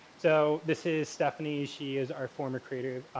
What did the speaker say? so, this is stephanie. she is our former creator,